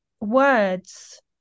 words